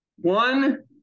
one